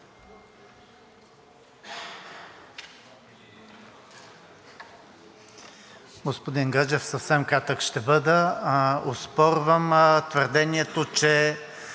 Господин Гаджев, съвсем кратък ще бъда. Оспорвам твърдението, че